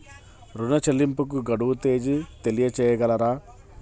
ఋణ చెల్లింపుకు గడువు తేదీ తెలియచేయగలరా?